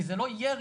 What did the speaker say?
כי זה לא ירי.